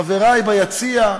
חברי ביציע,